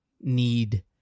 need